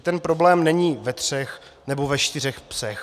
Ten problém není ve třech nebo ve čtyřech psech.